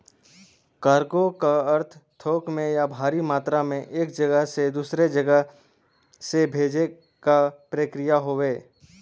cargo क अर्थ थोक में या भारी मात्रा में एक जगह से दूसरे जगह से भेजे क प्रक्रिया हउवे